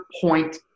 point